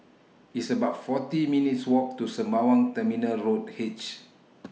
It's about forty minutes' Walk to Sembawang Terminal Road H